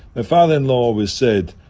father-in-law always said,